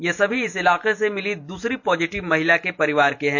ये सभी इस इलाके से मिली द्रसरी पॉजिटिव महिला के परिवार के हैं